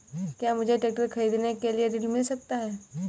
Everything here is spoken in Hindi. क्या मुझे ट्रैक्टर खरीदने के लिए ऋण मिल सकता है?